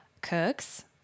cooks